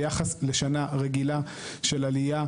ביחס לשנה רגילה של עלייה,